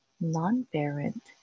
non-parent